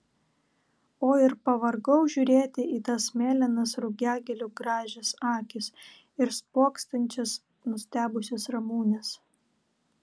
o ir pavargau žiūrėti į tas mėlynas rugiagėlių gražias akis ir spoksančias nustebusias ramunes